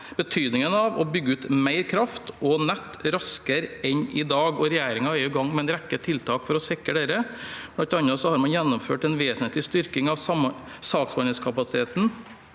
betydningen av å bygge ut mer kraft og nett raskere enn i dag, og regjeringen er i gang med en rekke tiltak for å sikre dette. Blant annet har man gjennomført en vesentlig styrking av saksbehandlingskapasiteten